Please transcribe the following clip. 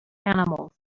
animals